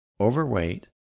overweight